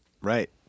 Right